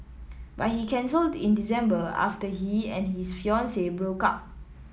but he cancelled in December after he and his fiancee broke up